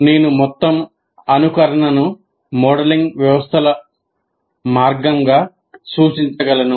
నేను మొత్తం అనుకరణను మోడలింగ్ వ్యవస్థల మార్గం గా సూచించగలను